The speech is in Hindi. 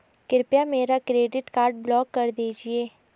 कृपया मेरा क्रेडिट कार्ड ब्लॉक कर दीजिए